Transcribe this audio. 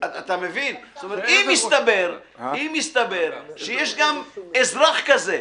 אם הסתבר שיש גם אזרח כזה,